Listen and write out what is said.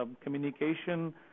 communication